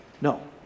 No